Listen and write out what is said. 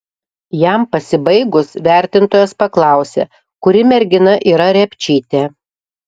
jam pasibaigus vertintojas paklausė kuri mergina yra repčytė